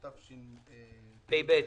בתשפ"ב.